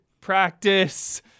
practice